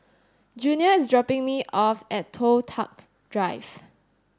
Junior is dropping me off at Toh Tuck Drive